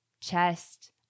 chest